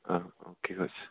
ആ okay coach